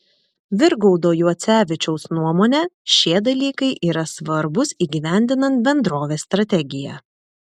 virgaudo juocevičiaus nuomone šie dalykai yra svarbūs įgyvendinant bendrovės strategiją